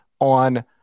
on